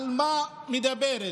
על מה היא מדברת?